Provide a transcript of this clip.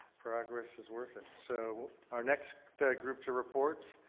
progress is worth it. so our next group to report